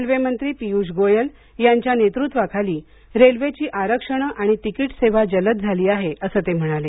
railway मंत्री पीयूष गोयल यांच्या नेतृत्वाखाली रेल्वेची आरक्षण आणि तिकीट सेवा जलद झाली आहे असं ते म्हणाले